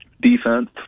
Defense